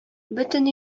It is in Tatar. бөтен